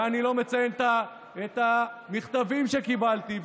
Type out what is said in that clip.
ואני לא מציין את המכתבים שקיבלתי,